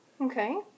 Okay